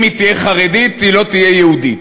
אם היא תהיה חרדית, היא לא תהיה יהודית.